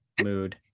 Mood